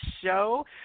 show